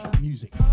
music